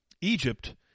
Egypt